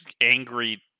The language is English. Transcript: angry